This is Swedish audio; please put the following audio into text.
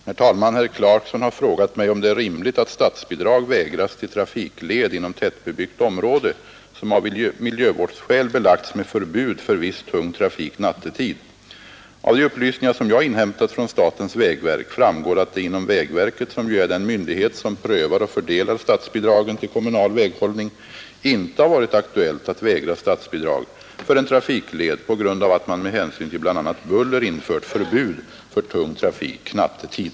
Herr talman! Herr Clarkson har frågat mig om det är rimligt att statsbidrag vägras till trafikled inom tätbebyggt område som av miljövårdsskäl belagts med förbud för viss tung trafik nattetid. Av de upplysningar som jag inhämtat från statens vägverk framgår att det inom vägverket — som ju är den myndighet som prövar och fördelar statsbidragen till kommunal väghållning — inte har varit aktuellt att vägra statsbidrag för en trafikled på grund av att man med hänsyn till bl.a. buller infört förbud för tung trafik nattetid.